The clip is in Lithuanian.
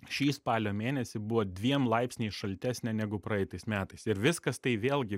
šį spalio mėnesį buvo dviem laipsniais šaltesnė negu praeitais metais ir viskas tai vėlgi